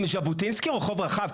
ז'בוטינסקי הוא רחוב רחב.